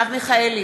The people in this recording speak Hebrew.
מיכאלי,